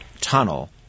tunnel